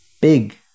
Big